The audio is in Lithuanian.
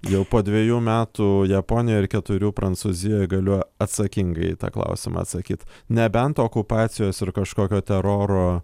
jau po dvejų metų japonijoj ir keturių prancūzijoj galiu atsakingai į tą klausimą atsakyt nebent okupacijos ir kažkokio teroro